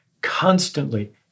constantly